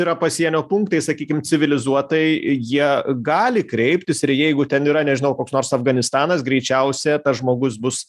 yra pasienio punktai sakykim civilizuotai jie gali kreiptis ir jeigu ten yra nežinau koks nors afganistanas greičiausia tas žmogus bus